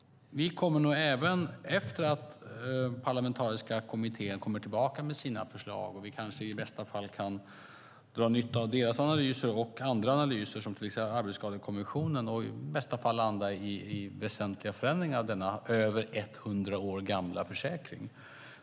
Den parlamentariska kommittén ska komma tillbaka med förslag. Vi kan kanske i bästa fall dra nytta av deras analyser och andra analyser, till exempel från Arbetsskadekommissionen, och landa i väsentliga förändringar av denna över 100 år gamla försäkring.